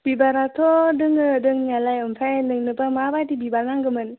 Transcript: बिबाराथ' दङ दंनायालाय ओमफ्राय नोंनोबा माबायदि बिबार नांगौमोन